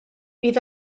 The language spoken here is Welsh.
bydd